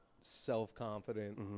self-confident